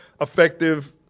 effective